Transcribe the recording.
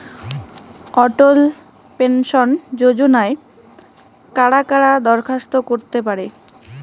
অটল pension যোজনায় কারা কারা দরখাস্ত করতে পারে?